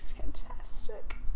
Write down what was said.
fantastic